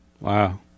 Wow